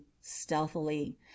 stealthily